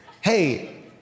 Hey